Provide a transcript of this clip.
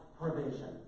provision